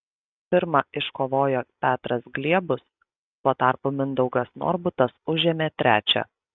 pirmą iškovojo petras gliebus tuo tarpu mindaugas norbutas užėmė trečią